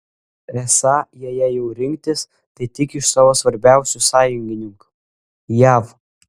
esą jei jei jau rinktis tai tik iš savo svarbiausių sąjungininkų jav